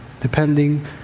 depending